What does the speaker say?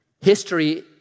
history